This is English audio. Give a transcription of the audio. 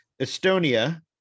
Estonia